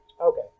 Okay